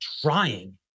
trying